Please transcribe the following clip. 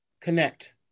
Connect